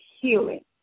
healing